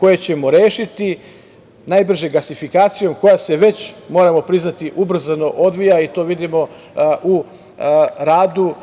koje ćemo rešiti najbrže gasifikacijom, koja se već, moramo priznati, ubrzano odvija i to vidimo u radu